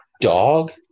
dog